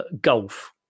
Golf